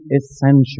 essential